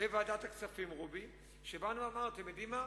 בוועדת הכספים, רובי, באנו ואמרנו: אתם יודעים מה,